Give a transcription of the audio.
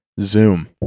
Zoom